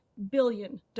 billion